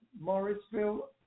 Morrisville